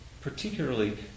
particularly